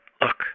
Look